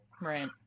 Right